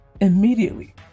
Immediately